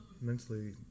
mentally